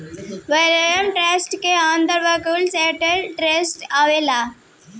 valorem tax के अंदर value added tax आवेला